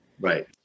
Right